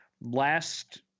last